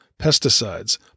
pesticides